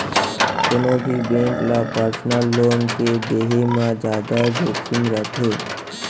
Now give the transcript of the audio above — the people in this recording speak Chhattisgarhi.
कोनो भी बेंक ल पर्सनल लोन के देहे म जादा जोखिम रथे